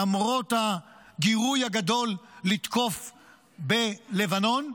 למרות הגירוי הגדול לתקוף בלבנון,